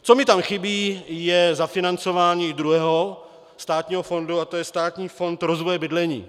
Co mi tam chybí, je zafinancování druhého státního fondu a to je Státní fond rozvoje bydlení.